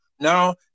Now